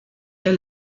der